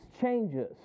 changes